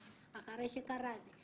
אחרי שקרה את זה.